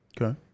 Okay